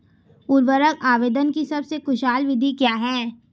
उर्वरक आवेदन की सबसे कुशल विधि क्या है?